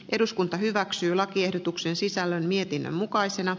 eduskunta hyväksyy lakiehdotuksen sisällön mietinnön mukaisina